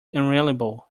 unreliable